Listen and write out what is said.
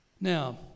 Now